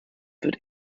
wird